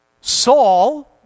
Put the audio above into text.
Saul